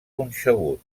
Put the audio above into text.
punxegut